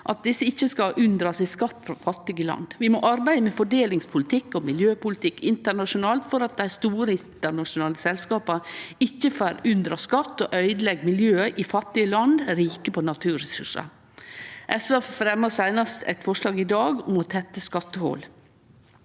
at desse ikkje skal unndra skatt frå fattige land. Vi må arbeide med fordelingspolitikk og miljøpolitikk internasjonalt for at dei store internasjonale selskapa ikkje får unndra skatt og øydeleggje miljøet i fattige land rike på naturresursar. SV fremja seinast i dag eit forslag om å tette skattehol.